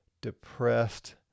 depressed